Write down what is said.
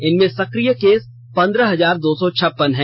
इनमें सक्रिय केस पंद्रह हजार दो सौ छप्पन हैं